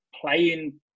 playing